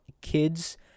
kids